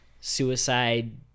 suicide